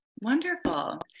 Wonderful